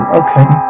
okay